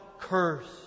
cursed